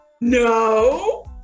no